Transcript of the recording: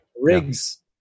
rigs